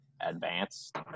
advanced